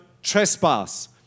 trespass